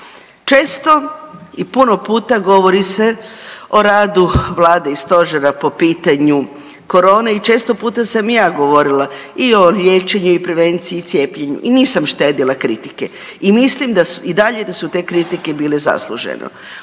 Često i puno puta govori se o radu vlade i stožera po pitanju korone i često puta sam i ja govorila i o liječenju i o prevenciji i cijepljenju i nisam štedila kritike i mislim i dalje da su te kritike bile zasluženo.